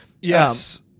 Yes